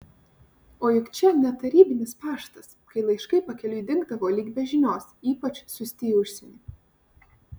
o juk čia ne tarybinis paštas kai laiškai pakeliui dingdavo lyg be žinios ypač siųsti į užsienį